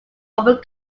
open